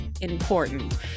important